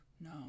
no